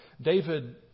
David